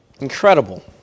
Incredible